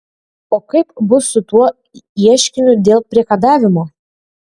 o kaip bus su tuo ieškiniu dėl priekabiavimo